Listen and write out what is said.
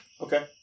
Okay